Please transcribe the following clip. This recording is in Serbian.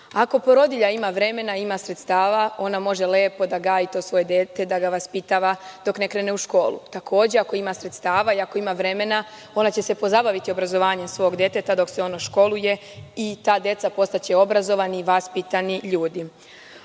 porodilja ima vremena, ima sredstava ona može lepo da gaji to svoje dete, da ga vaspitava dok ne krene u školu. Takođe, ako ima sredstava i ako ima vremena ona će se pozabaviti obrazovanjem svog deteta dok se ono školuje i ta deca postaće obrazovani i vaspitani ljudi. Ako